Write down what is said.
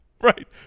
Right